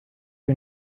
you